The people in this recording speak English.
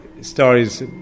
stories